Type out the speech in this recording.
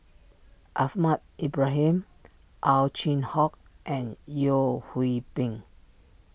Ahmad Ibrahim Ow Chin Hock and Yeo Hwee Bin